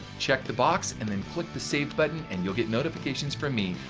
check the box and then click the save button and you'll get notifications from me,